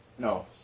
No